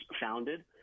founded